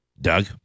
Doug